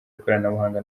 ikoranabuhanga